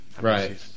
Right